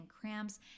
cramps